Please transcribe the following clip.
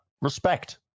respect